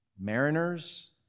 mariners